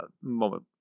moment